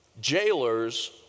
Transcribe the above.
jailers